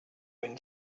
wind